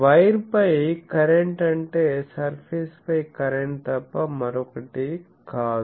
wire పై current అంటే surface పై కరెంట్ తప్ప మరొకటి కాదు